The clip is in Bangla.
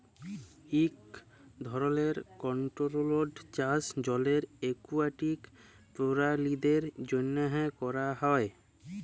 ইক ধরলের কলটোরোলড চাষ জলের একুয়াটিক পেরালিদের জ্যনহে ক্যরা হ্যয়